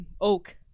Oak